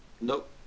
Nope